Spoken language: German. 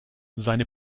seine